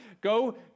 go